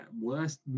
worst